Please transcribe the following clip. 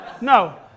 No